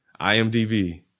IMDb